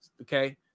Okay